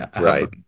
Right